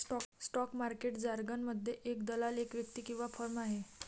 stock market जारगनमध्ये, एक दलाल एक व्यक्ती किंवा फर्म आहे